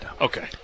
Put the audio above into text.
Okay